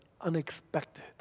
unexpected